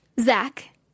Zach